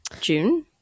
June